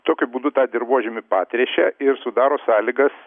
tokiu būdu tą dirvožemį patręšia ir sudaro sąlygas